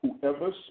Whoever